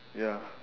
ya